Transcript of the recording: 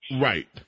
Right